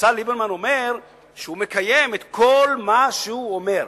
שהשר ליברמן אומר שהוא מקיים את כל מה שהוא אומר,